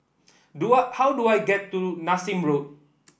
do I how do I get to Nassim Road